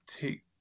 take